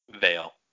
Veil